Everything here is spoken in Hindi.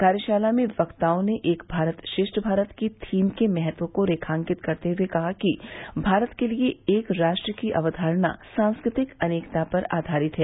कार्यशाला में वक्ताओं ने एक भारत श्रेष्ठ भारत की थीम के महत्व को रेखाकित करते हए कहा कि भारत के लिये एक राष्ट्र की अक्वारणा सांस्कृतिक अनेकता पर आधारित है